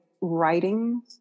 writing